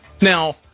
Now